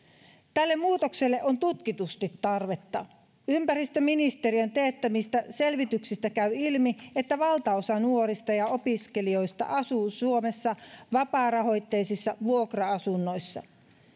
tälle muutokselle on tutkitusti tarvetta ympäristöministeriön teettämistä selvityksistä käy ilmi että valtaosa nuorista ja opiskelijoista asuu suomessa vapaarahoitteisissa vuokra asunnoissa